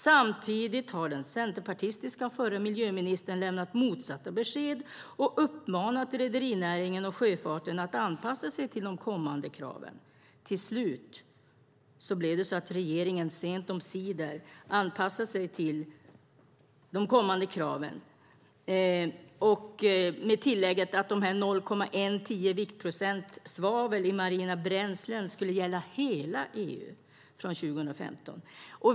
Samtidigt har den centerpartistiska förra miljöministern lämnat motsatta besked och uppmanat rederinäringen och sjöfarten att anpassa sig till de kommande kraven. Till slut blev det så att regeringen sent omsider anpassade sig till de kommande kraven, med tillägget att 0,10 viktprocent svavel i marina bränslen ska gälla hela EU från 2015.